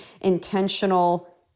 intentional